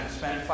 spend